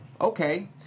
okay